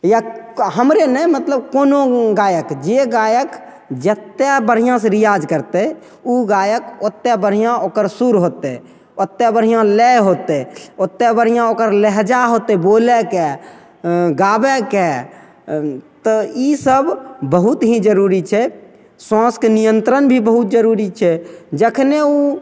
या हमरे नहि मतलब कोनो गायक जे गायक जतेक बढ़िआँसे रिआज करतै ओ गायक ओतेक बढ़िआँ ओकर सुर होतै ओतेक बढ़िआँ लय हेतै ओतेक बढ़िआँ ओकर लहजा होतै बोलैके अँ गाबैके तऽ ईसब बहुत ही जरूरी छै श्वासके नियन्त्रण भी बहुत जरूरी छै जखने ओ